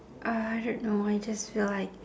uh I don't know I just feel like